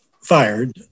fired